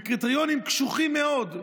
בקריטריונים קשוחים מאוד,